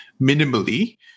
minimally